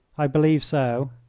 i believe so.